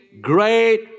great